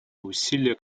усилия